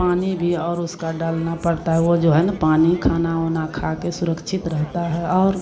पानी भी और उसका डालना पड़ता है वह जो है न पानी खाना ओना खाकर सुरक्षित रहता है और